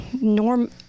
norm